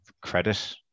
credit